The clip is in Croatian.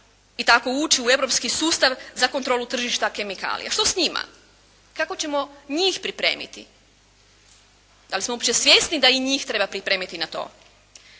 i tako ući u europski sustav za kontrolu tržišta kemikalija? Što s njima? Kako ćemo njih pripremiti? Da li smo uopće svjesni da i njih treba pripremiti na to?